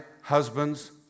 Husbands